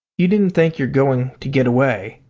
you needn't think you're going to get away.